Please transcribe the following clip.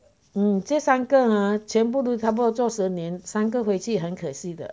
嗯这三个 ha 全部都差不多做十年三个回去很可惜的